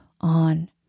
on